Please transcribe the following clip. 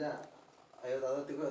ಹತ್ತಿ ಬೆಳೆಯ ಪ್ರಮುಖ ತಳಿಗಳು ಯಾವ್ಯಾವು?